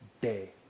day